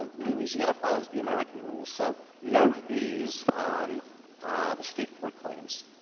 ah louisiana follows the american rules, so no fees on the state court claims.